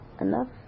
enough